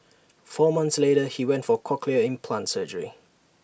four months later he went for cochlear implant surgery